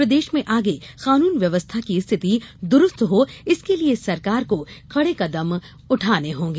प्रदेश में आगे कानून व्यवस्था की स्थिति दुरुस्त हो इसके लिए सरकार को कड़े कदम उठाने होंगे